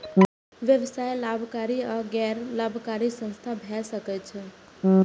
व्यवसाय लाभकारी आ गैर लाभकारी संस्था भए सकै छै